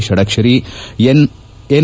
Shadakshari N